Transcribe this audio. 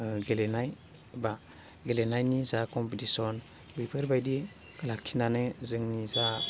गेलेनाय बा गेलेनायनि जा कमपिटिसन बेफोरबायदि लाखिनानै जोंनि जा